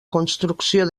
construcció